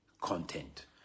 content